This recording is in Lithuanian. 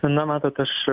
na matot aš